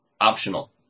optional